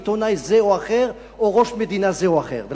עיתונאי זה או אחר או של ראש מדינה זה או אחר.